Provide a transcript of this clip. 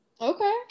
okay